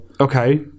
Okay